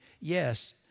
yes